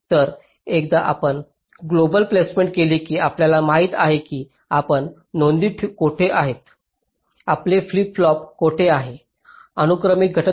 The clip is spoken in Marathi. तर एकदा आपण ग्लोबल प्लेसमेंट केले की आपल्याला माहित आहे की आपल्या नोंदी कोठे आहेत आपले फ्लिप पॉप कुठे आहेत अनुक्रमिक घटक